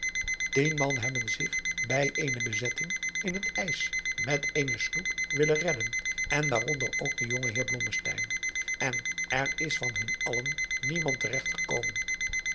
tien man hebben zich bij eene bezetting in het ijs met eene sloep willen redden en daaronder ook de jonge heer blommesteyn en er is van hun allen niemand te regt gekomen